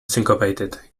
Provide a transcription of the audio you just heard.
syncopated